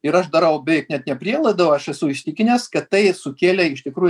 ir aš darau ne tie prielaidą o aš esu įsitikinęs kad tai sukėlė iš tikrų